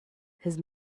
his